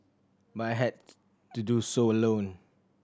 but I had to do so alone